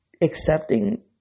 accepting